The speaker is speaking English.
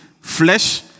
flesh